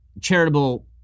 charitable